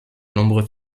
nombreux